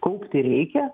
kaupti reikia